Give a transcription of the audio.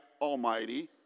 Almighty